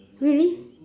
really